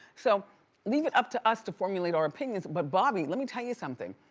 so leave it up to us to formulate our opinions, but bobby, let me tell you something.